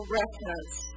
reference